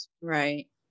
Right